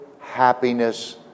happiness